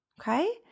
Okay